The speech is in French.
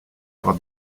avoir